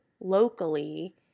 locally